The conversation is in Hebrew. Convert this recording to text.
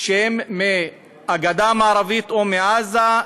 שהם מהגדה המערבית או מעזה,